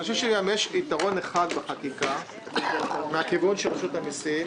אני חושב שיש יתרון אחד בחקיקה מהכיוון של רשות המסים,